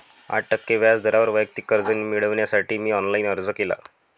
आठ टक्के व्याज दरावर वैयक्तिक कर्ज मिळविण्यासाठी मी ऑनलाइन अर्ज केला